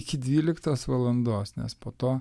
iki dvyliktos valandos nes po to